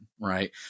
Right